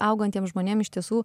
augantiem žmonėm iš tiesų